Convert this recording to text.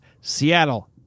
Seattle